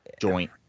joint